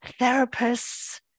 therapists